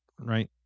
Right